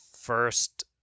first